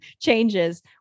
changes